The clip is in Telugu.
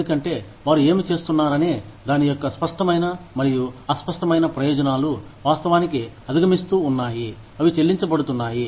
ఎందుకంటే వారు ఏమి చేస్తున్నారనే దాని యొక్క స్పష్టమైన మరియు అస్పష్టమైన ప్రయోజనాలు వాస్తవానికి అధిగమిస్తూ ఉన్నాయి అవి చెల్లించబడుతున్నాయి